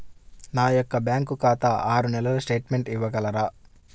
నా యొక్క బ్యాంకు ఖాతా ఆరు నెలల స్టేట్మెంట్ ఇవ్వగలరా?